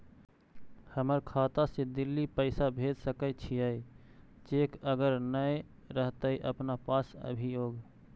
हमर खाता से दिल्ली पैसा भेज सकै छियै चेक अगर नय रहतै अपना पास अभियोग?